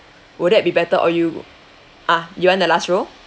would that be better or you ah you want the last row